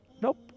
Nope